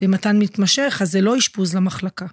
אם מתן מתמשך אז זה לא אשפוז למחלקה.